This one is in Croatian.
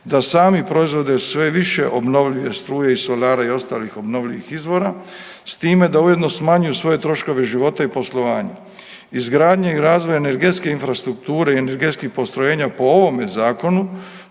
da sami proizvode sve više obnovljive struje i solara i ostalih obnovljivih izvora, s time da ujedno smanjuju svoje troškove života i poslovanje. Izgradnje i razvoj energetske infrastrukture i energetskih postrojenja po ovome Zakonu